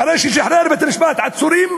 אחרי ששחרר בית-המשפט עצורים,